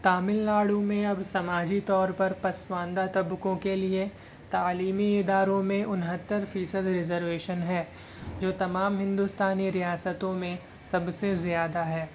تامل ناڈو میں اب سماجی طور پر پسماندہ طبقوں کے لیے تعلیمی اداروں میں انہتر فیصد ریزرویشن ہے جو تمام ہندوستانی ریاستوں میں سب سے زیادہ ہے